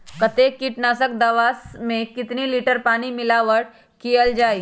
कतेक किटनाशक दवा मे कितनी लिटर पानी मिलावट किअल जाई?